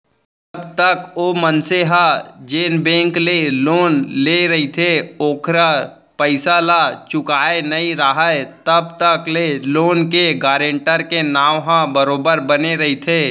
जब तक ओ मनसे ह जेन बेंक ले लोन लेय रहिथे ओखर पइसा ल चुकाय नइ राहय तब तक ले लोन के गारेंटर के नांव ह बरोबर बने रहिथे